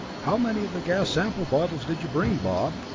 how many of the gas sample bottles did you bring, bob?